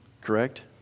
Correct